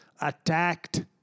attacked